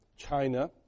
China